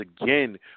again